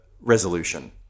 Resolution